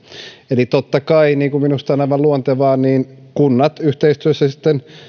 eli totta kai niin kuin minusta on aivan luontevaa kunnat yhteistyössä